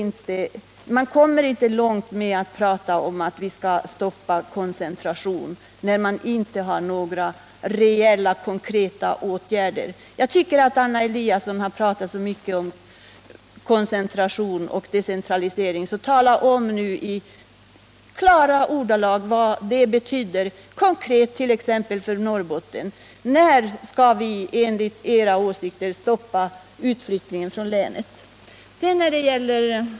Men man kommer inte långt med att prata om att vi skall stoppa koncentrationen, när man inte har några reella åtgärder att föreslå. Jag tycker att Anna Eliasson pratar så mycket om koncentration och decentralisering. Tala nu om i klara ordalag vad det betyder, t.ex. konkret för Norrbotten. När skall vi enligt era åsikter stoppa utflyttningen från länet?